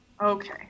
Okay